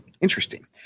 interesting